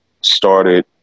started